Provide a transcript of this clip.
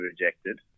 rejected